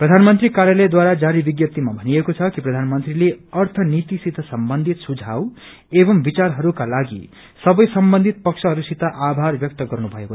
प्रधानमन्त्री कार्यालयद्वारा जारी विन्नप्तीमा भनिएको छ कि प्रयानमन्त्रीले अर्थनीतिसित सम्बन्धित सुझाउ एव विचारहरूकालागि संबै सम्बन्धित पक्षहरूको आभार ब्यक्त गर्नुभयो